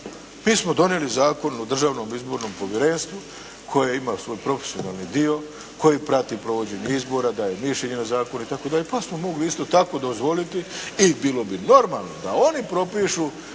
Mi smo donijeli Zakon o Državnom izbornom povjerenstvu koje ima svoj profesionalni dio, koji prati provođenje izbora, daje mišljenja na zakone itd., pa smo mogli isto tako dozvoliti i bilo bi normalno da oni propišu